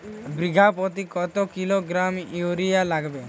বিঘাপ্রতি কত kilogram urea লাগবে?